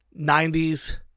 90s